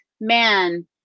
man